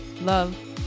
love